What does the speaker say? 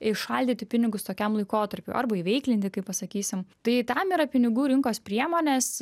įšaldyti pinigus tokiam laikotarpiui arba įveiklinti kaip pasakysim tai tam yra pinigų rinkos priemonės